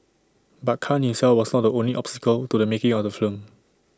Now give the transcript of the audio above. but Khan himself was not the only obstacle to the making of the film